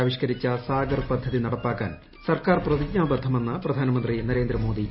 ആവിഷ്ക്കരിച്ച സാഗർ പദ്ധതി നടപ്പാക്കാൻ സർക്കാർ പ്രതിജ്ഞാബദ്ധമെന്ന് പ്രധാനമന്ത്രി നരേന്ദ്രമോദി